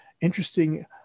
interesting